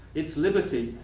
its liberty,